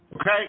Okay